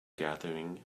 gathering